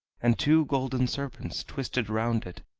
and two golden serpents twisted round it,